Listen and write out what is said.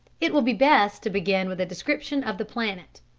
it will be best to begin with a description of the planet.